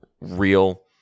real